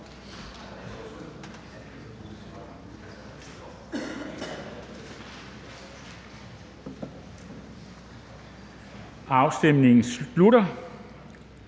Afstemningen slutter.